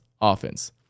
offense